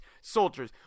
soldiers